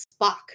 Spock